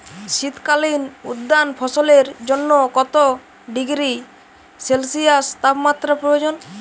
শীত কালীন উদ্যান ফসলের জন্য কত ডিগ্রী সেলসিয়াস তাপমাত্রা প্রয়োজন?